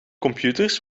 computers